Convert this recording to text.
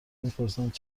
میپرسیدند